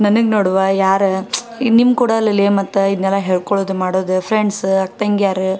ನನಗೆ ನೋಡವ್ವ ಯಾರು ನಿಮ್ಮ ಕೂಡಲ್ಲಲ್ಲೆ ಮತ್ತು ಇದನ್ನೆಲ್ಲ ಹೇಳ್ಕೊಳೋದ್ ಮಾಡೋದು ಫ್ರೆಂಡ್ಸ್ ಅಕ್ಕ ತಂಗಿಯರ್